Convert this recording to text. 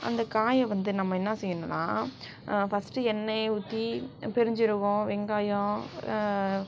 அந்த காயை வந்து நம்ம என்ன செய்யணும்னால் ஃபர்ஸ்ட் எண்ணெயை ஊற்றி பெருஞ்சீரகம் வெங்காயம்